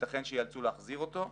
וייתכן שייאלצו להחזיר אותו.